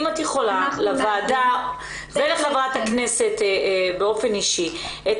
אם את יכולה לוועדה ולחברת הכנסת באופן אישי את